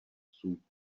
psů